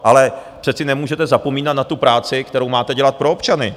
Ale přece nemůžete zapomínat na tu práci, kterou máte dělat pro občany!